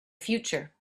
future